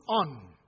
on